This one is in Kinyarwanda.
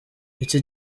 iki